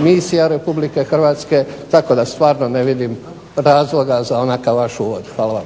misija Republike Hrvatske tako da stvarno ne vidim razloga za onakav vaš uvod. Hvala.